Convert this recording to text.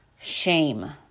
shame